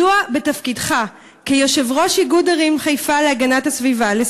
מדוע בתפקידך כיושב-ראש איגוד ערים חיפה לסביבה,